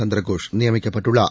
சந்திரகோஷ் நியமிக்கப்பட்டுள்ளார்